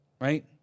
right